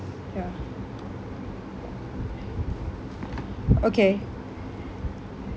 ya okay